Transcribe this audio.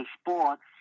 sports